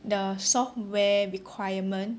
the software requirement